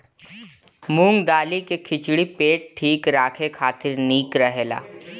मूंग दाली के खिचड़ी पेट ठीक राखे खातिर निक रहेला